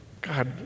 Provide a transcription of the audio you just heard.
God